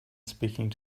speaking